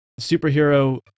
superhero